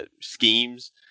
schemes